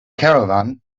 caravan